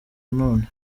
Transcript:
none